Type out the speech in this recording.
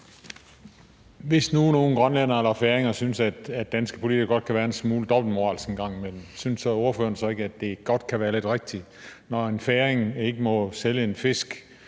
Hvis nu nogen grønlændere eller færinger synes, at danske politikere godt kan være en smule dobbeltmoralske en gang imellem, synes ordføreren så ikke, at det godt kan være lidt rigtigt? Når en færing ikke må sælge en fisk